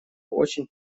очень